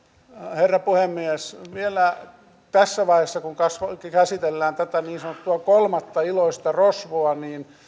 herra puhemies vielä tässä vaiheessa kun käsitellään tätä niin sanottua kolmatta iloista rosvoa